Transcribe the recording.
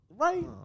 Right